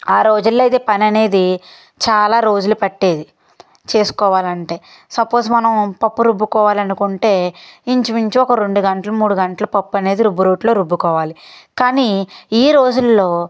ఆ రోజుల్లో అయితే పని అనేది చాలా రోజులు పట్టేది చేసుకోవాలంటే సపోజ్ మనం పప్పు రుబ్బుకోవాలనుకుంటే ఇంచుమించు ఒక రెండు గంటలు మూడు గంటలు పప్పు అనేది రుబ్బురోట్లో రుబ్బుకోవాలి కానీ ఈరోజుల్లో